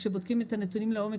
אבל כשבודקים את הנתונים לעומק,